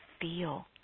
feel